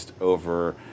over